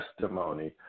testimony